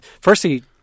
firstly